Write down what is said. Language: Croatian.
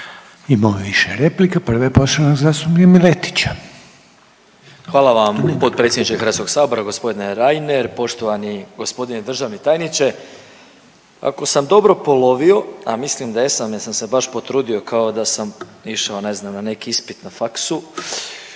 Imamo više replika, prva je poštovanog zastupnika Miletića. **Miletić, Marin (MOST)** Hvala vam potpredsjedniče Hrvatskog sabora, gospodine Reiner, poštovani gospodine državni tajniče. Ako sam dobro polovio, a mislim da jesam jer sam se baš potrudio kao da sam išao ne znam na neki ispit na faksu.